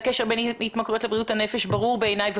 והקשר בין התמכרויות לבריאות הנפש בעיניי ברור,